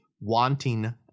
wanting